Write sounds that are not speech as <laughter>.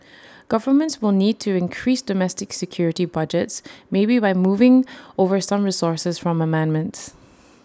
governments will need to increase domestic security budgets maybe by moving over some resources from armaments <noise>